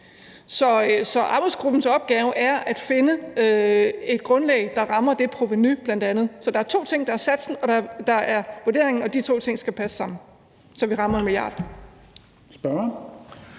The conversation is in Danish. Så arbejdsgruppens opgave er bl.a. at finde et grundlag, der rammer det provenu. Så der er to ting: Der er satsen, og der er vurderingen, og de to ting skal passe sammen, så vi rammer 1 mia.